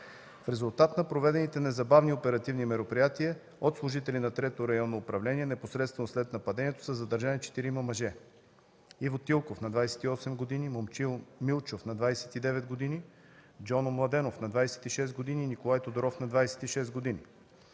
В резултат на проведените незабавни оперативни мероприятия от служители на Трето районно управление, непосредствено след нападението са задържани четирима мъже: Иво Тилков на 28 г., Момчил Милчов на 29 г., Джоно Младенов на 26 г. и Николай Тодоров на 26 г.